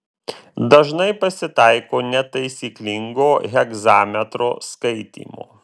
dažnai pasitaiko netaisyklingo hegzametro skaitymo